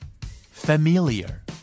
Familiar